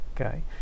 okay